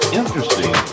interesting